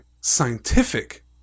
scientific